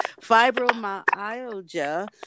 Fibromyalgia